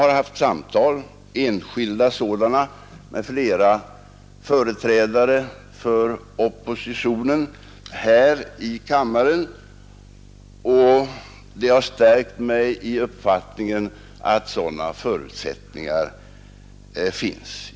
Jag har haft enskilda samtal med flera företrädare för oppositionen här i kammaren, och jag har stärkts i uppfattningen att sådana förutsättningar finns.